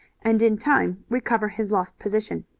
and in time recover his lost position.